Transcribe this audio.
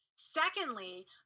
Secondly